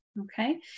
okay